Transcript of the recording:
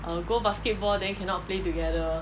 err go basketball then cannot play together